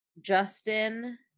Justin